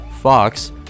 Fox